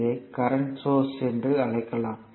இதை current source என்று அழைக்கலாம்